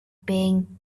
being